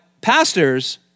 pastors